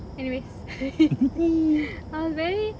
anyways I was very